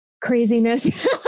craziness